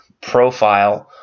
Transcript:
profile